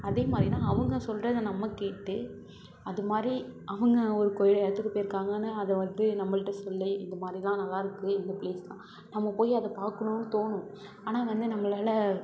அதே மாதிரிதான் அவங்க சொல்கிறத நம்ம கேட்டு அது மாதிரி அவங்க ஒரு கோயில் இடத்துக்குப் போய்ருக்காங்கன்னு அதை வந்து நம்மள்ட்ட சொல்லி இந்த மாதிரிதான் நல்லாயிருக்கு இந்த ப்ளேஸ் தான் நம்ம போய் அதை பாக்கணும்னு தோணும் ஆனால் வந்து நம்மளால்